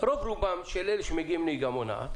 רוב רובם של אלה שמגיעים לנהיגה מונעת